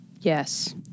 Yes